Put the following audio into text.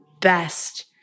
best